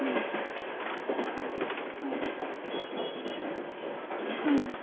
ம் ம் ம்